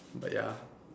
but ya